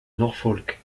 norfolk